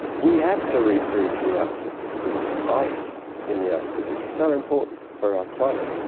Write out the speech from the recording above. we have to re-freeze the arctic, because ice in the arctic is so important for our climate.